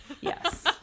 Yes